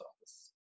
office